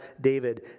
David